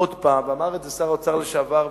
אמר את זה שר האוצר לשעבר,